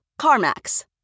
CarMax